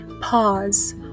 pause